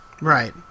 Right